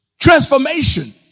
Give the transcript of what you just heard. transformation